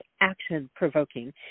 action-provoking